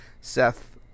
Seth